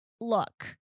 Look